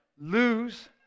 lose